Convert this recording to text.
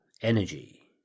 ENERGY